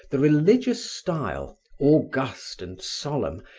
the religious style, august and solemn,